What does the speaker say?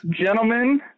Gentlemen